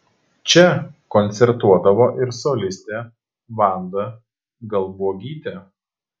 čia koncertuodavo ir solistė vanda galbuogytė